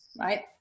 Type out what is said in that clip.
right